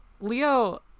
Leo